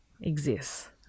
exists